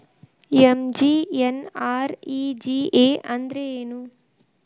MGNREGA ಅಂದ್ರೆ ಏನು?